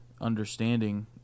understanding